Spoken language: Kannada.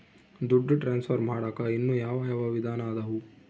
ದುಡ್ಡು ಟ್ರಾನ್ಸ್ಫರ್ ಮಾಡಾಕ ಇನ್ನೂ ಯಾವ ಯಾವ ವಿಧಾನ ಅದವು?